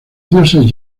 dioses